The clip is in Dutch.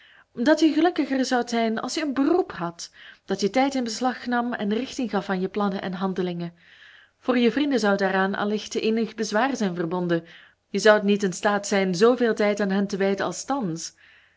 dat je gelukkiger zoudt zijn als je een beroep hadt dat je tijd in beslag nam en richting gaf aan je plannen en handelingen voor je vrienden zou daaraan allicht eenig bezwaar zijn verbonden je zoudt niet in staat zijn zooveel tijd aan hen te wijden als thans